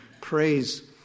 praise